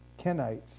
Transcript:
Kenites